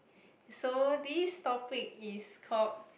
so this topic is called